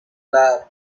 club